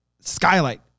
Skylight